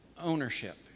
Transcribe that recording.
ownership